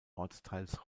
ortsteils